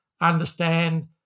understand